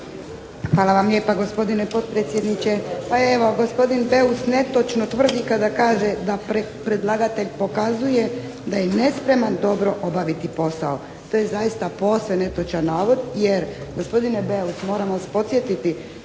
Hvala vam lijepa, gospodine potpredsjedniče. Pa evo, gospodin Beus netočno tvrdi da kaže da predlagatelj pokazuje da je nespreman dobro obaviti posao. to je zaista posve netočan navod jer gospodine Beus, moram vas podsjetiti